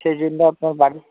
সেই জন্য আপনার বাড়ি